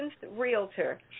realtor